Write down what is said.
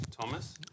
Thomas